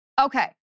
Okay